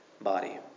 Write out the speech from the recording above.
body